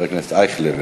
חבר הכנסת אייכלר,